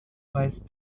weist